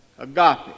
Agape